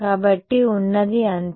కాబట్టి ఉన్నది అంతే